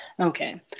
Okay